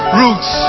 roots